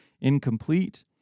incomplete